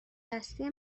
دستی